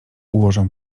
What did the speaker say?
ułożę